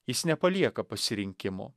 jis nepalieka pasirinkimo